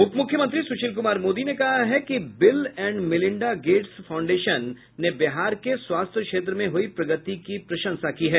उपमुख्यमंत्री सुशील कुमार मोदी ने कहा है कि Bill and Melinda Gates Foundation America ने बिहार के स्वास्थ्य क्षेत्र में हुई प्रगति की प्रशंसा की है